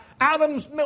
Adam's